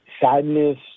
sadness